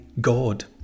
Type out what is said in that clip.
God